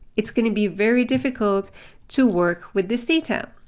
it's going to be very difficult to work with this data.